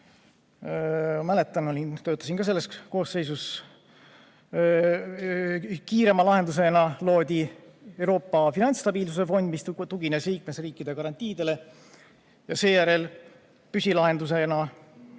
mäletan, töötasin ka selles koosseisus. Kiirema lahendusena loodi Euroopa Finantsstabiilsuse Fond, mis tugines liikmesriikide garantiidele, ja seejärel püsilahendusena